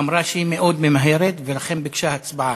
אמרה שהיא מאוד ממהרת ולכן ביקשה הצבעה.